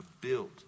built